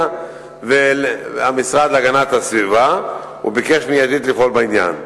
ואל המשרד להגנת הסביבה וביקש לפעול בעניין מייד.